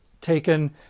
taken